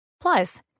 Plus